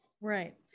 Right